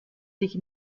sich